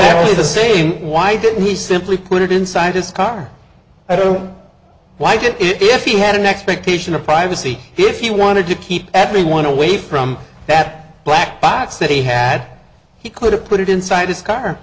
of the saying why didn't he simply put it inside his car i don't like it if he had an expectation of privacy if he wanted to keep everyone away from that black box that he had he could have put it inside his car